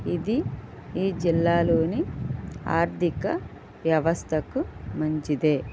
ఇది ఈ జిల్లాలోని ఆర్థిక వ్యవస్థకు మంచిది